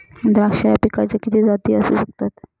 द्राक्ष या पिकाच्या किती जाती असू शकतात?